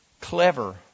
clever